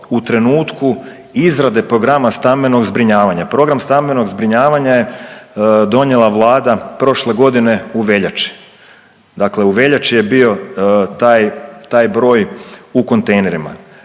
u trenutku izrade programa stambenog zbrinjavanja. Program stambenog zbrinjavanja je donijela Vlada prošle godine u veljači, dakle u veljači je bio taj, taj broj u kontejnerima.